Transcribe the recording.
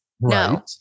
No